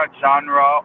genre